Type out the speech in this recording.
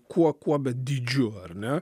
kuo kuo bet dydžiu ar ne